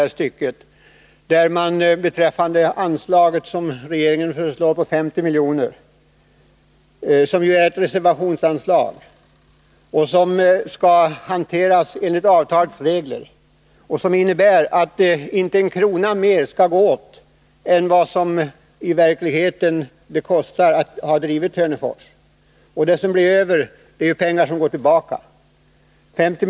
Regeringen föreslår att ett reservationsanslag på 50 milj.kr. anvisas. Avtalets regler innebär att inte en krona mer skall betalas ut än vad det i verkligheten kostar att driva Hörnefors. Det som blir över på anslaget går tillbaka till staten.